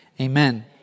amen